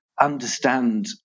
understand